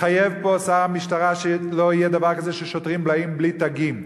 התחייב פה שר המשטרה שלא יהיה דבר כזה ששוטרים באים בלי תגים.